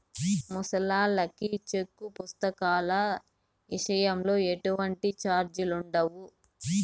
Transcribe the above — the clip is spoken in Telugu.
ముసలాల్లకి సెక్కు పుస్తకాల ఇసయంలో ఎటువంటి సార్జిలుండవు